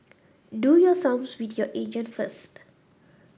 do your sums with your agent first